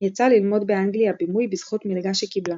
יצאה ללמוד באנגליה בימוי בזכות מלגה שקיבלה.